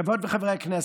חברות וחברי הכנסת,